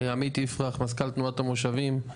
עמית יפרח מזכ"ל תנועת המושבים,